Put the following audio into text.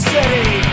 City